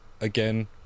again